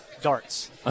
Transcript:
Darts